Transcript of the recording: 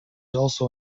also